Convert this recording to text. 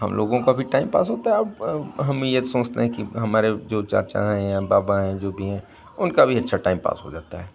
हम लोगों का भी टाइम पास होता है अब हम ये सोचते हैं कि हमारे जो चाचा हैं या बाबा हैं जो भी हैं उनका भी अच्छा टाइम पास हो जाता है